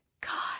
God